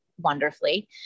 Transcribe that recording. wonderfully